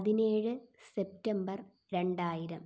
പതിനേഴ് സെപ്റ്റംബർ രണ്ടായിരം